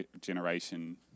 generation